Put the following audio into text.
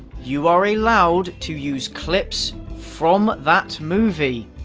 you are allowed to use clips from that movie.